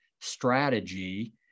strategy